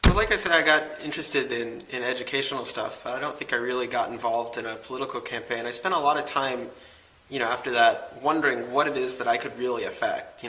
like i said, i got interested in in educational stuff. i don't think i really got involved in a political campaign. i spent a lot of time you know after that wondering what it is that i could really affect.